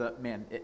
man